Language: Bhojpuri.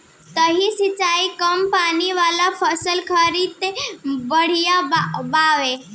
सतही सिंचाई कम पानी वाला फसल खातिर बढ़िया बावे